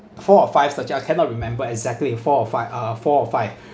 four or five such that I cannot remember exactly it four or five uh four or five